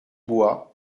bois